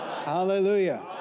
Hallelujah